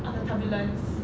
orh the turbulence